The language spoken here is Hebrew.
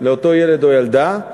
לאותו ילד או לאותה ילדה,